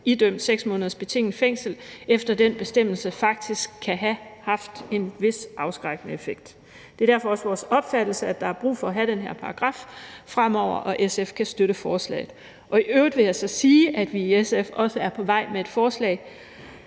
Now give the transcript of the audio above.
idømt 6 måneders betinget fængsel efter den bestemmelse, faktisk kan have haft en vis afskrækkende effekt. Det er derfor også vores opfattelse, at der er brug for at have den her paragraf fremover, og SF kan støtte forslaget. I øvrigt vil jeg sige, at vi i SF også er på vej med et forslag